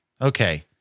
Okay